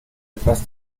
etwas